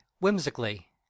whimsically